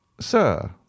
Sir